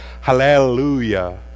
hallelujah